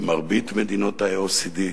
במרבית מדינות ה-OECD.